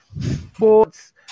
sports